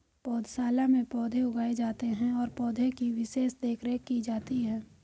पौधशाला में पौधे उगाए जाते हैं और पौधे की विशेष देखरेख की जाती है